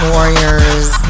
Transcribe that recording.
Warriors